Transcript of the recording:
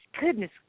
goodness